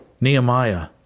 Nehemiah